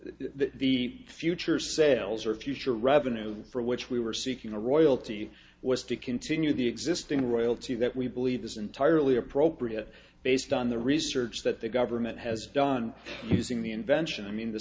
the future sales or future revenue for which we were seeking a royalty was to continue the existing royalty that we believe is entirely appropriate based on the research that the government has done using the invention i mean the